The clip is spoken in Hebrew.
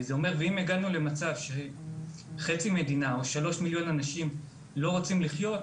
ואם הגענו למצב שחצי מדינה או שלושה מיליון אנשים לא רוצים לחיות,